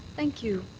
thank you.